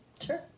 Sure